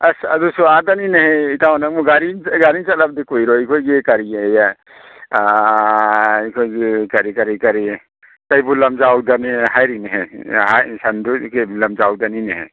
ꯑꯁ ꯑꯗꯨꯁꯨ ꯑꯗꯅꯤꯅꯦꯍꯦ ꯏꯇꯥꯎ ꯅꯪꯕꯨ ꯒꯥꯔꯤꯅ ꯆꯠꯂꯕꯗꯤ ꯀꯨꯏꯔꯣꯏ ꯑꯩꯈꯣꯏꯒꯤ ꯀꯔꯤꯑꯌꯦ ꯑꯩꯈꯣꯏꯒꯤ ꯀꯔꯤ ꯀꯔꯤ ꯀꯔꯤ ꯀꯩꯕꯨꯜ ꯂꯝꯖꯥꯎꯗꯅꯤ ꯍꯥꯏꯔꯤꯅꯦꯍꯦ ꯂꯝꯖꯥꯎꯗꯅꯤꯅꯦꯍꯦ